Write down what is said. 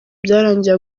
byarangiye